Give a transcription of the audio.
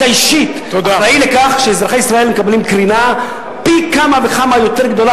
אתה אישית אחראי לכך שאזרחי ישראל מקבלים קרינה פי כמה וכמה יותר גדולה,